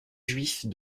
juifs